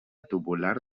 tubular